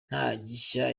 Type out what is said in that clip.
ntagishya